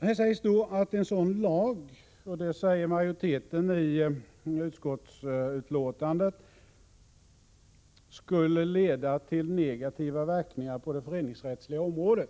Majoriteten i utskottet säger att en sådan lag skulle leda till negativa verkningar på det föreningsrättsliga området.